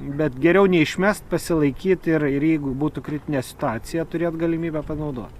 bet geriau neišmest pasilaikyt ir ir jeigu būtų kritinė situacija turėt galimybę panaudot